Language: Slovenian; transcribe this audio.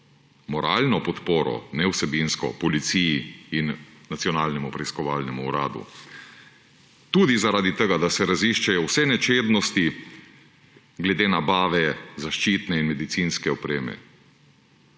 moralno podporo, ne vsebinske, policiji in Nacionalnemu preiskovalnemu uradu; tudi zaradi tega, da se raziščejo vse nečednosti glede nabave zaščitne in medicinske opreme.